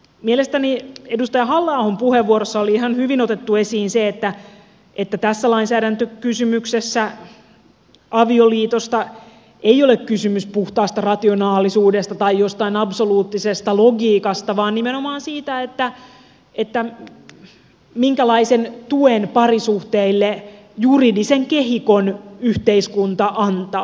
mielestäni edustaja halla ahon puheenvuorossa oli ihan hyvin otettu esiin se että tässä lainsäädäntökysymyksessä avioliitosta ei ole kysymys puhtaasta rationaalisuudesta tai jostain absoluuttisesta logiikasta vaan nimenomaan siitä minkälaisen tuen parisuhteille juridisen kehikon yhteiskunta antaa